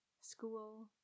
school